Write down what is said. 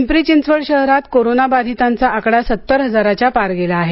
पिंपरी चिंचवड शहरात कोरोना बाधितांना आकडा सत्तर हजाराच्या पार गेला आहे